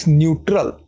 neutral